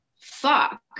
fuck